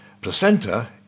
placenta